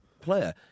player